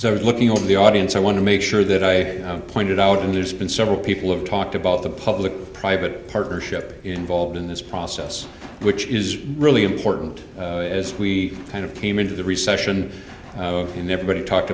so i was looking on the audience i want to make sure that i pointed out and there's been several people have talked about the public private partnership involved in this process which is really important as we kind of came into the recession and everybody talked